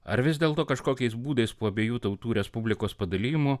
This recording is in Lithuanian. ar vis dėlto kažkokiais būdais po abiejų tautų respublikos padalijimo